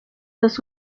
dos